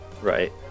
Right